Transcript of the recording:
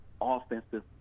offensive